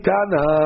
Tana